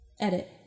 Edit